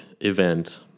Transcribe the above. event